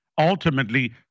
Ultimately